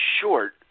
short